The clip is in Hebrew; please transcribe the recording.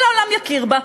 כל העולם יכיר בה,